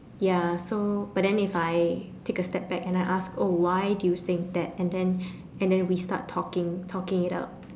ya so but then if I take a step back and I ask oh why do you think that and then and then we start talking talking it out